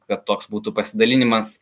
kad toks būtų pasidalinimas